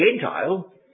Gentile